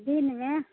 दिनमे